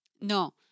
No